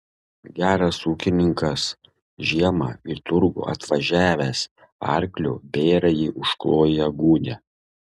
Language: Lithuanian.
geras ūkininkas žiemą į turgų atvažiavęs arkliu bėrąjį užkloja gūnia